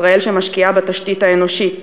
ישראל שמשקיעה בתשתית האנושית,